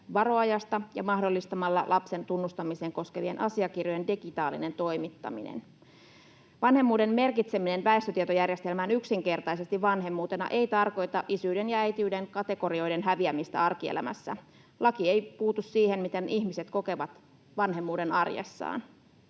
varoajasta ja mahdollistamalla lapsen tunnustamista koskevien asiakirjojen digitaalinen toimittaminen. Vanhemmuuden merkitseminen väestötietojärjestelmään yksinkertaisesti vanhemmuutena ei tarkoita isyyden ja äitiyden kategorioiden häviämistä arkielämässä. Laki ei puutu siihen, miten ihmiset kokevat vanhemmuuden arjessaan.